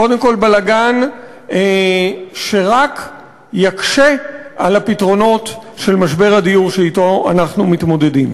קודם כול בלגן שרק יקשה על הפתרונות של משבר הדיור שאתו אנחנו מתמודדים.